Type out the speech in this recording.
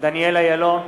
דניאל אילון,